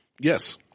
Yes